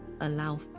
allow